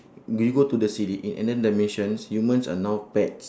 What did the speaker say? did you go to the silly in another dimension humans are now pets